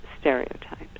stereotypes